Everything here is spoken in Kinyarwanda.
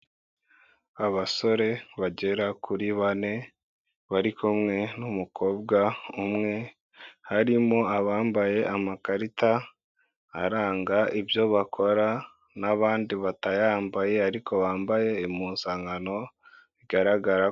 Abasore bagera kuri bane bari kumwe n'umukobwa umwe harimo abambaye amakarita aranga ibyo bakora n'abandi batayambaye ariko bambaye impuzankano bigaragara.